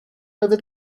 over